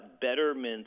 Betterment's